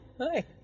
Hi